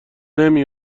نمی